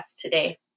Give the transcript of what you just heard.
today